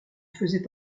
faisait